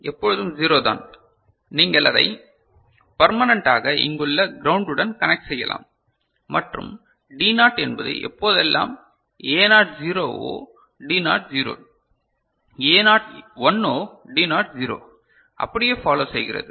D1 எப்பொழுதும் 0 தான் நீங்கள் அதை பர்மனென்ட் ஆக இங்குள்ள கிரவுண்ட் உடன் கனெக்ட் செய்யலாம் மற்றும் Dநாட் என்பது எப்போதெல்லாம் A not 0 or D not 0 A not 1 or D not 0 அப்படியே ஃபாலோ செய்கிறது